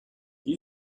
you